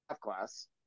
class